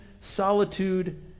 solitude